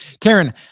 Karen